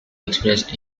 expressed